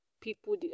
people